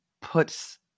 puts